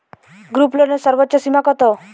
গ্রুপলোনের সর্বোচ্চ সীমা কত?